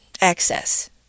access